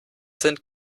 sind